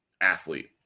athlete